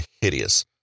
hideous